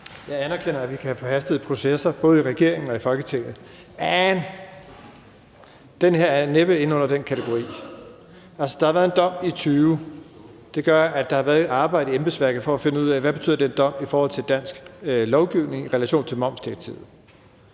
Jeg anerkender, at vi kan have forhastede processer, både i regeringen og i Folketinget. Men den her er næppe inde under den kategori. Altså, der har været en dom i 2020, og det gør, at der har været et arbejde i embedsværket for at finde ud af, hvad den dom betyder i forhold til dansk lovgivning i relation til momsdirektivet.